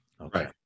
Okay